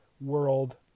world